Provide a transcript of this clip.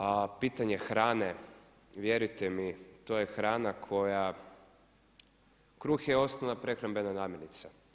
A pitanje hrane, vjerujte mi to je hrana koja kruh je osnovna prehrambena namirnica.